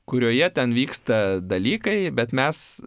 kurioje ten vyksta dalykai bet mes